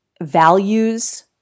values